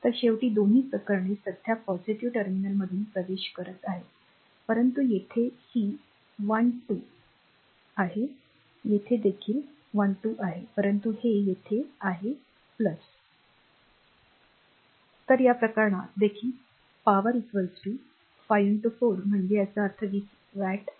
तर शेवटी दोन्ही प्रकरणे सध्या पॉझिटिव्ह टर्मिनलवरुन प्रवेश करत आहेत परंतु येथे ही 1 2 आहे येथे देखील 1 2 आहे परंतु हे येथे आहे हे होते तर या प्रकरणात देखील p 5 4 म्हणून याचा अर्थ 20 वॅट्स